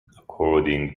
according